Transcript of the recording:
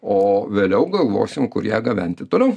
o vėliau galvosim kur ją gabenti toliau